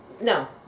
no